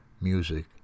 music